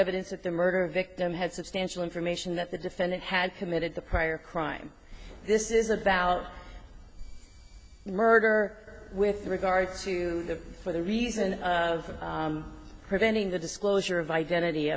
evidence that the murder victim had substantial information that the defendant had committed the prior crime this is about murder with regard to the for the reason of preventing the disclosure of identity